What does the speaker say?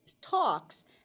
talks